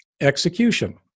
execution